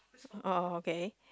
oh okay